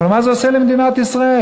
אבל מה זה עושה למדינת ישראל?